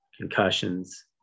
concussions